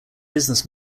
business